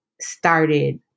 started